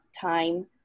time